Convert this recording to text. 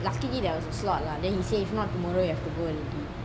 luckily there was a slot lah then he say if not tomorrow you have to go already